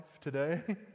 today